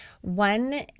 One